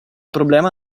problema